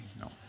no